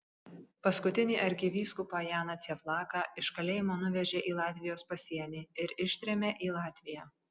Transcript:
paskutinį arkivyskupą janą cieplaką iš kalėjimo nuvežė į latvijos pasienį ir ištrėmė į latviją